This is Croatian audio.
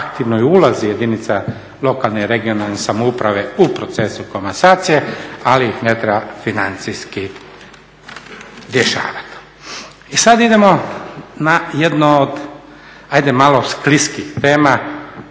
aktivnoj ulozi jedinica lokalne i regionalne samouprave u procesu komasacije ali ih ne treba financijski rješavati. I sada idemo na jedno od ajde malo skliskih tema